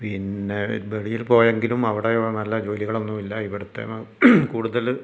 പിന്നെ വെളിയിൽ പോയെങ്കിലും അവിടെ നല്ല ജോലികളൊന്നുമില്ല ഇവിടുത്തെ കൂടുതൽ